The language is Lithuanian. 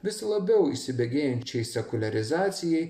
vis labiau įsibėgėjančiai sekuliarizacijai